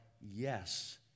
yes